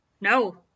No